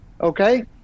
okay